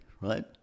right